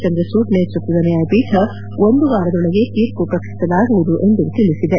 ಚಂದ್ರಚೂಡ್ ನೇತೃತ್ವದ ನ್ಯಾಯಪೀಠ ಒಂದು ವಾರದೊಳಗೆ ತೀರ್ಮ ಪ್ರಕಟಿಸಲಾಗುವುದು ಎಂದು ತಿಳಿಸಿದೆ